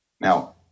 Now